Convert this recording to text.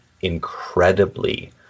incredibly